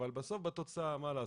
אבל בסוף, בתוצאה, מה לעשות?